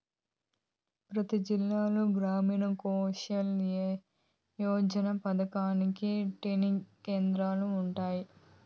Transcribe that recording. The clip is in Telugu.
ప్రతి జిల్లాలో గ్రామీణ్ కౌసల్ యోజన పథకానికి ట్రైనింగ్ కేంద్రాలు ఉన్నాయి